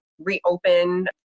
reopen